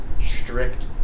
strict